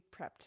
prepped